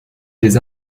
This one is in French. des